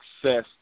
success